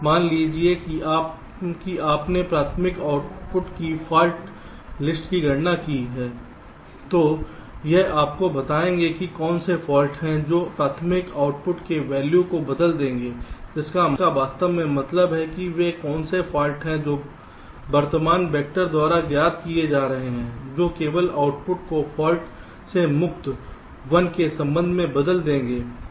मान लीजिए कि आपने प्राथमिक आउटपुट की फाल्ट लिस्ट की गणना की है तो यह आपको बताएगा कि कौन से फाल्ट हैं जो प्राथमिक आउटपुट के वैल्यू को बदल देंगे जिसका वास्तव में मतलब है कि वे कौन से फाल्ट हैं जो वर्तमान वेक्टर द्वारा ज्ञात किए जा रहे हैं जो केवल आउटपुट को फाल्ट से मुक्त 1 के संबंध में बदल देगा